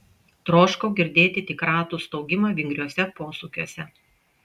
troškau girdėti tik ratų staugimą vingriuose posūkiuose